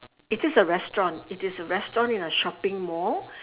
it is a restaurant it is a restaurant in a shopping mall